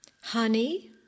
honey